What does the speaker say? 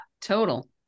total